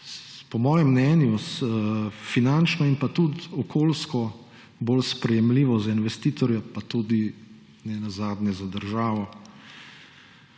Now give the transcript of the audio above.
po mojem mnenju finančno in pa tudi okoljsko bolj sprejemljivo za investitorja, pa nenazadnje tudi za državo.